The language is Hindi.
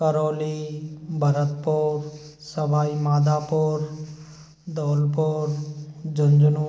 करौली भरतपुर सवाई माधोपुर धौलपुर झुँझनू